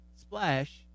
splash